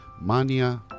Mania